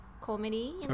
comedy